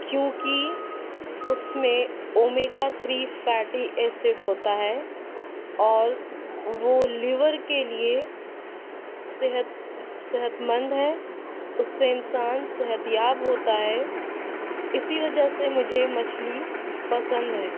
کیونکہ اس میں اومیگا تھری فیٹی ایسڈ ہوتا ہے اور وہ لیور کے لیے صحت صحت مند ہے اس سے انسان صحت یاب ہوتا ہے اسی وجہ سے مجھے مچھلی پسند ہیں